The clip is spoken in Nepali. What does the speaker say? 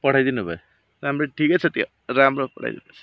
पठाइदिनुभयो राम्रै ठिकै छ त्यो राम्रो पठाइदिएको छ